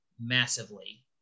massively